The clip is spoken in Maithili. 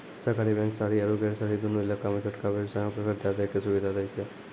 सहकारी बैंक शहरी आरु गैर शहरी दुनू इलाका मे छोटका व्यवसायो के कर्जा दै के सुविधा दै छै